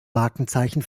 markenzeichen